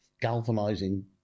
galvanizing